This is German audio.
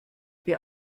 wer